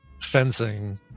fencing